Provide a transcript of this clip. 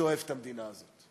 שאוהב את המדינה הזאת,